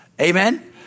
Amen